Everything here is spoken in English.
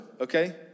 okay